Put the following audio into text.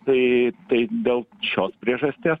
tai tai dėl šios priežasties